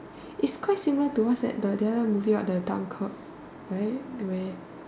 it's quite similar to what's that the the other movie what the dumb clock right where